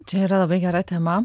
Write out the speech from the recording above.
čia yra labai gera tema